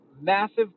massive